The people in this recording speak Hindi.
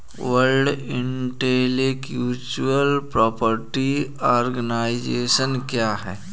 वर्ल्ड इंटेलेक्चुअल प्रॉपर्टी आर्गनाइजेशन क्या है?